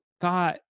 thought